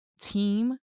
team